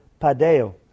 padeo